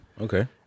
Okay